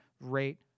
rate